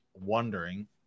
wondering